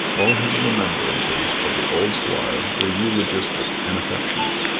all his remembrances of the old squire were eulogistic and affectionate.